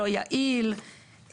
לא יעיל.